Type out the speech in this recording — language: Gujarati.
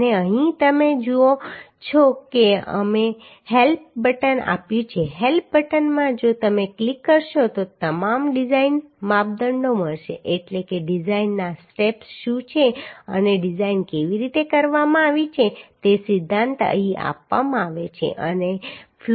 અને અહીં તમે જુઓ છો કે અમે હેલ્પ બટન આપ્યું છે હેલ્પ બટનમાં જો તમે ક્લિક કરશો તો તમામ ડિઝાઈન માપદંડો મળશે એટલે કે ડિઝાઈનના સ્ટેપ્સ શું છે અને ડિઝાઈન કેવી રીતે કરવામાં આવી છે તે સિદ્ધાંત અહીં આપવામાં આવ્યો છે